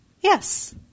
Yes